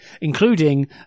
including